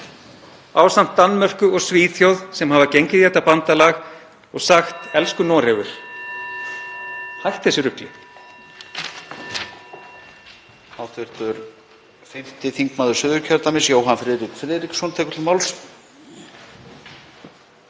ásamt Danmörku og Svíþjóð, sem hafa gengið í þetta bandalag, og sagt: Elsku Noregur, hættu þessu rugli.